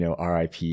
RIP